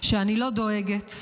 שאני לא דואגת,